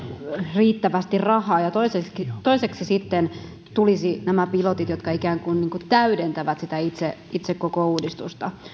riittävästi rahaa ja toiseksi sitten tulisivat nämä pilotit jotka ikään kuin täydentävät sitä itse itse uudistusta